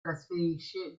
trasferisce